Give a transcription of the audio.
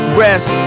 rest